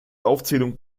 aufzählung